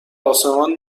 آسمان